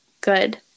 good